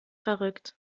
verrückt